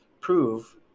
prove